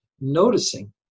noticing